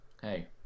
hey